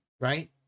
right